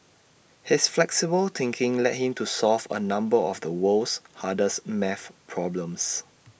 his flexible thinking led him to solve A number of the world's hardest math problems